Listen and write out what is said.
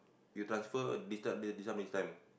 you transfer this type this number this time